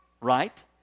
right